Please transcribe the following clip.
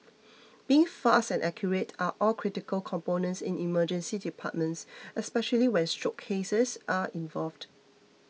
being fast and accurate are all critical components in Emergency Departments especially when stroke cases are involved